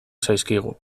zaizkigu